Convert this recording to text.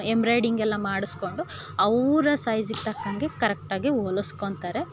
embroidering ಎಲ್ಲ ಮಾಡಿಸ್ಕೊಂಡು ಅವರ ಸೈಜಿಗೆ ತಕ್ಕಂಗೆ ಕರಕ್ಟಾಗಿ ಹೊಲಿಸ್ಕೊತಾರೆ